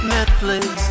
Netflix